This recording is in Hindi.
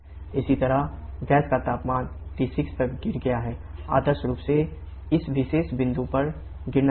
इसी तरह गैस का तापमान T6 तक गिर गया है आदर्श रूप से इस विशेष बिंदु पर गिरना चाहिए